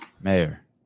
Mayor